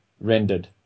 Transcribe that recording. rendered